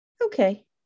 Okay